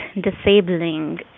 disabling